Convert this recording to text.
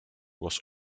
was